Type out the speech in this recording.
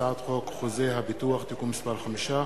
הצעת חוק חוזה הביטוח (תיקון מס' 5)